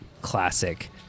classic